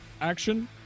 action